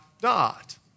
dot